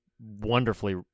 wonderfully